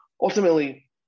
ultimately